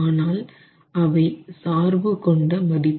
ஆனால் அவை சார்பு கொண்ட மதிப்பு